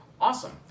awesome